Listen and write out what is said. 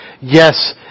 Yes